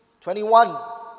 twenty-one